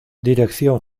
dirección